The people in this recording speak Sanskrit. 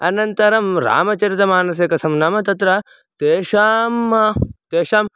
अनन्तरं रामचरितमानसे कथं नाम तत्र तेषां तेषां